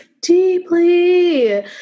deeply